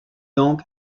donc